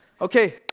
Okay